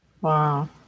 Wow